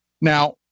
Now